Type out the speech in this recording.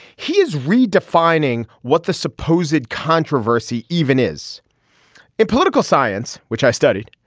he is redefining what the supposed controversy even is in political science which i studied.